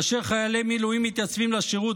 כאשר חיילי מילואים מתייצבים לשירות,